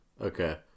okay